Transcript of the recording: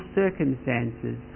circumstances